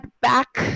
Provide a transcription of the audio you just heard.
back